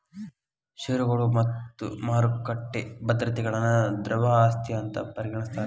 ಷೇರುಗಳು ಮತ್ತ ಮಾರುಕಟ್ಟಿ ಭದ್ರತೆಗಳನ್ನ ದ್ರವ ಆಸ್ತಿ ಅಂತ್ ಪರಿಗಣಿಸ್ತಾರ್